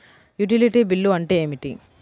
Utility bill అంటే ఏమిటి?